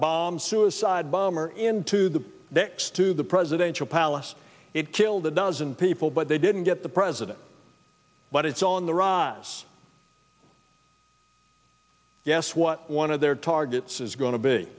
bomb suicide bomber into the next to the presidential palace it killed a dozen people but they didn't get the president but it's on the rise guess what one of their targets is going to be